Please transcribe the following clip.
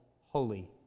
Holy